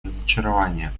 разочарование